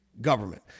Government